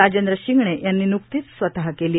राजेंद्र शिंगणे यांनी नुक्तीच स्वतकेली आहे